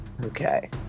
Okay